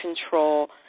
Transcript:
control